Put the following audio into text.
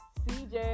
cj